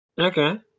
okay